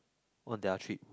on their trip